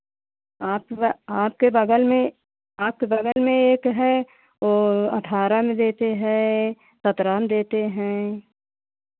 आपके ब् आपके बगल में आपके बगल में एक है वो अठारह में देते हैं सतरह में देते हैं